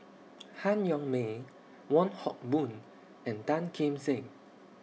Han Yong May Wong Hock Boon and Tan Kim Seng